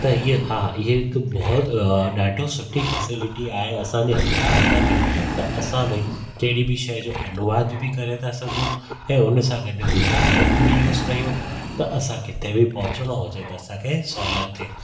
त इअ हा इअ भव ॾाढो सुठी फ़ेसिलिटी आहे असांजे हथ में त असां बि कहिड़ी बि शइ जो अनुवाद बि करे था सघूं ऐं उनसां गॾु गूगल मेप बि यूज़ कयूं त असांखे किथे बि पहुचणो हुजे त असांखे सहुलियत थिए